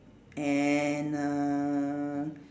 and err